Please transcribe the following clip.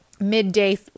Midday